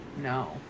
no